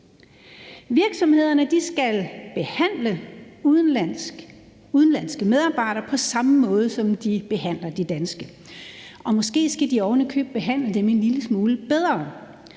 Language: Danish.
Virksomhederne skal behandle udenlandske medarbejdere på samme måde, som de behandler de danske, og måske skal de oven i købet behandle dem en lille smule bedre,